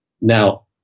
Now